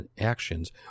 actions